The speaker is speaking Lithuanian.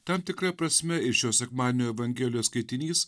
tam tikra prasme ir šio sekmadienio evangelijos skaitinys